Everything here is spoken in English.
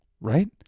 right